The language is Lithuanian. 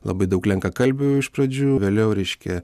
labai daug lenkakalbių iš pradžių vėliau reiškia